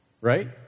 right